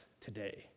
today